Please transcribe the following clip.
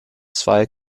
zwei